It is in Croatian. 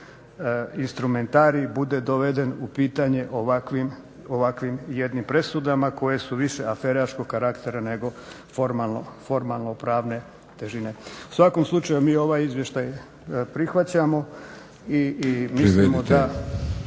instrumentarij bude doveden u pitanje ovakvim presudama koje su više aferaškog karaktera nego formalno-pravne težine. U svakom slučaju mi ovaj izvještaj prihvaćamo i mislimo da